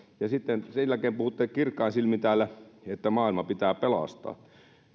ja sen jälkeen puhutte kirkkain silmin täällä että maailma pitää pelastaa